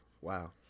Wow